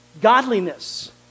Godliness